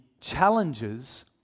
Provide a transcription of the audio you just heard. challenges